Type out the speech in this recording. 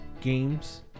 games